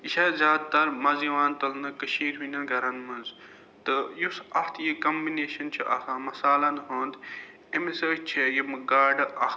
یہِ چھےٚ زیادٕ تر مَزٕ یِوان تَلنہٕ کٔشیٖرِ ہِنٛدٮ۪ن گَرَن مَنٛز تہٕ یُس اَتھ یہِ کَمبٕنیشَن چھِ آسان مَصالَن ہُنٛد اَمہِ سۭتۍ چھِ یِمہٕ گاڈٕ اَکھ